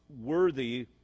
worthy